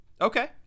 Okay